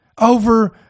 over